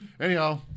Anyhow